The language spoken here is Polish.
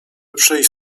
przyjść